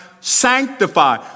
sanctify